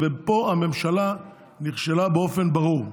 ופה הממשלה נכשלה באופן ברור.